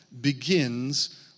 begins